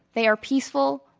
they are peaceful,